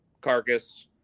carcass